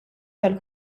tal